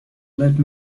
let